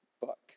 book